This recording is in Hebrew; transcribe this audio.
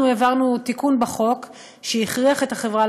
אנחנו העברנו תיקון בחוק שהכריח את החברה,